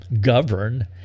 govern